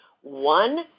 one